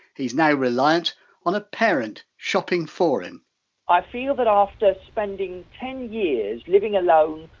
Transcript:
he's now reliant on a parent shopping for him i feel that after spending ten years living alone,